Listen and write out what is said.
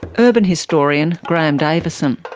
urban historian graeme davison.